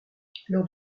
lors